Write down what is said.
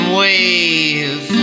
wave